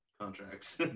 contracts